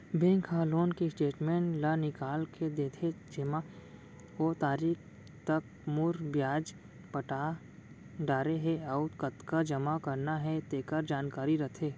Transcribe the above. bank ह loan के statement ल निकाल के देथे जेमा ओ तारीख तक मूर, बियाज पटा डारे हे अउ कतका जमा करना हे तेकर जानकारी रथे